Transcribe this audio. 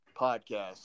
podcast